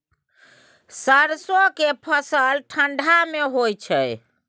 सरसो के फसल ठंडा मे होय छै?